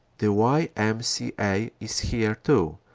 the y m c a. is here too,